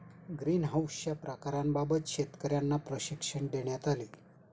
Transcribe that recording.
ग्रीनहाउसच्या प्रकारांबाबत शेतकर्यांना प्रशिक्षण देण्यात आले